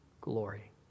glory